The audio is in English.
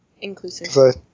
inclusive